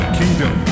kingdom